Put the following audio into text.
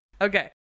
okay